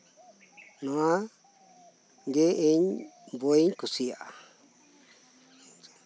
ᱱᱚᱶᱟ ᱜᱮ ᱤᱧ ᱵᱳᱭ ᱤᱧ ᱠᱩᱥᱤᱭᱟᱜᱼᱟ